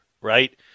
right